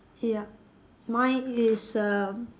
ya mine is uh